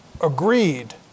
agreed